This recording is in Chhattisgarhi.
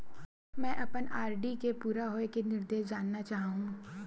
मैं अपन आर.डी के पूरा होये के निर्देश जानना चाहहु